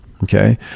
Okay